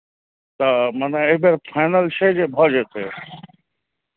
तऽ मने एहि बेर फाइनल छै जे भऽ जेतै